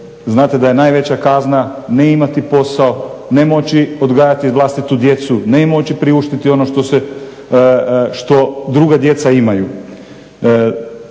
znate da je najveća kazna ne imati posao, ne moći odgajati vlastitu djecu, ne moći priuštiti ono što druga djeca imaju.